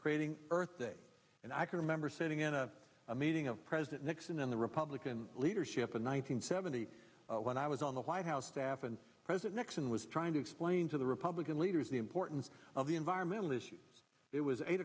creating earth day and i can remember sitting in a meeting of president nixon and the republican leadership in one nine hundred seventy when i was on the white house staff and present nixon was trying to explain to the republican leaders the importance of the environmental issues it was eight